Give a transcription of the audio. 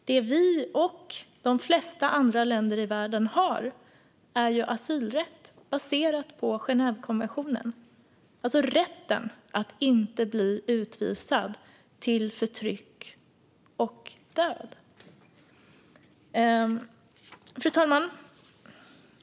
Det som vi och de flesta andra länder i världen har är asylrätt baserad på Genèvekonventionen, alltså rätten att inte bli utvisad till förtryck och död. Fru talman!